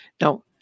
Now